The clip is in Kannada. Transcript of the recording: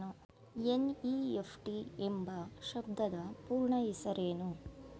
ಎನ್.ಇ.ಎಫ್.ಟಿ ಎಂಬ ಶಬ್ದದ ಪೂರ್ಣ ಹೆಸರೇನು?